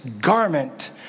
garment